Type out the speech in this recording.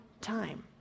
time